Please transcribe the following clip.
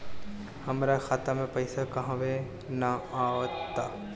हमरा खाता में पइसा काहे ना आव ता?